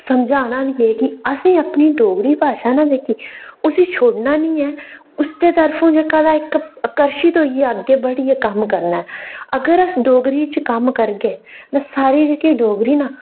समझाना बी है कि असें गी अपनी डोगरी भाशा गी उसी छोड़ना नेईं ऐ उस दे तरफो जेहका तां इक आकर्शत होइयै अग्गै बधियै कम्म करना ऐ अगर अस डोगरी च कम्म करगे तां साढ़ी जेहकी डोगरी ना